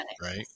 Right